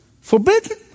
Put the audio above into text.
Forbidden